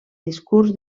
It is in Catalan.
discurs